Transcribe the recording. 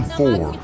four